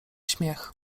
śmiech